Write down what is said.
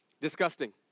Disgusting